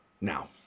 Now